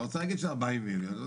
האוצר יגיד שזה 40 מיליון.